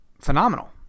phenomenal